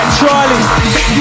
Charlie